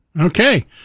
Okay